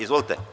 Izvolite.